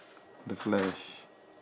the flash